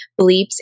bleeps